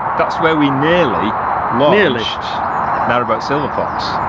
that's where we nearly launched narrowboat silver fox.